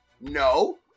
No